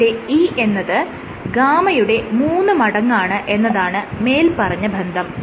ഇവിടെ E എന്നത് G യുടെ മൂന്ന് മടങ്ങാണ് എന്നതാണ് മേല്പറഞ്ഞ ബന്ധം